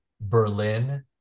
berlin